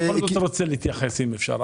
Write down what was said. אני בכל זאת רוצה להתייחס, אם אפשר.